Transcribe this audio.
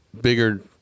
bigger